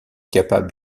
capable